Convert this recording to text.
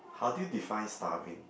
how do you define starving